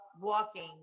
walking